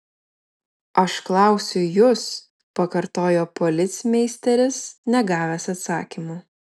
aš klausiu jus pakartojo policmeisteris negavęs atsakymo